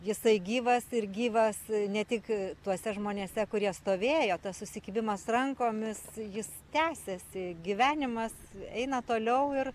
jisai gyvas ir gyvas ne tik tuose žmonėse kurie stovėjo tas susikibimas rankomis jis tęsiasi gyvenimas eina toliau ir